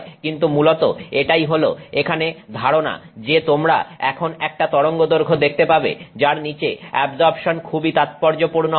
কিন্তু মূলত এটাই হল এখানে ধারণা যে তোমরা এখন একটা তরঙ্গদৈর্ঘ্য দেখতে পাবে যার নিচে অ্যাবজর্পশন খুবই তাৎপর্যপূর্ণ হবে